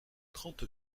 trente